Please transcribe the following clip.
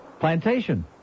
Plantation